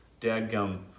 dadgum